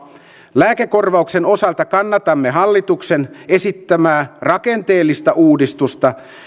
lääkekorvauksen osalta kannatamme hallituksen esittämää rakenteellista uudistusta